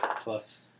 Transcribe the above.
Plus